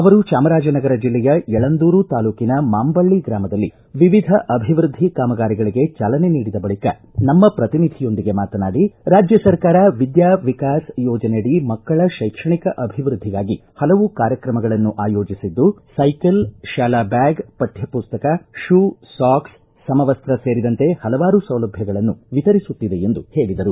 ಅವರು ಚಾಮರಾಜನಗರ ಜಿಲ್ಲೆಯ ಯಳಂದೂರು ತಾಲೂಕಿನ ಮಾಂಬಳ್ಳ ಗ್ರಾಮದಲ್ಲಿ ವಿವಿಧ ಅಭಿವೃದ್ದಿ ಕಾಮಗಾರಿಗಳಿಗೆ ಚಾಲನೆ ನೀಡಿದ ಬಳಿಕ ನಮ್ಮ ಶ್ರತಿನಿಧಿಯೊಂದಿಗೆ ಮಾತನಾಡಿ ರಾಜ್ಯ ಸರ್ಕಾರ ವಿದ್ಯಾ ವಿಕಾಸ್ ಯೋಜನೆಯಡಿ ಮಕ್ಕಳ ಶೈಕ್ಷಣಿಕ ಅಭಿವೃದ್ಧಿಗಾಗಿ ಹಲವು ಮೂಲಭೂತ ಕಾರ್ಯಕ್ರಮಗಳನ್ನು ಹಮ್ನಿಕೊಂಡಿದ್ದು ಸೈಕಲ್ ಶಾಲಾ ಬ್ಞಾಗ್ ಪಕ್ಕ ಪುಸ್ತಕ ಷೂ ಸಾಕ್ಸೆ ಸಮ ವಸ್ತ ಸೇರಿದಂತೆ ಹಲವಾರು ಸೌಲಭ್ವಗಳನ್ನು ವಿತರಿಸುತ್ತಿದೆ ಎಂದು ಹೇಳಿದರು